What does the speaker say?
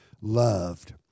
loved